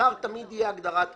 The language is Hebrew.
השר תמיד יהיה הגדרת רשות.